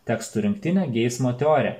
tekstų rinktinę geismo teorija